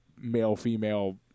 male-female